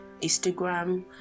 Instagram